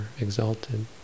exalted